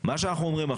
אנחנו משחקים בנדמה לי?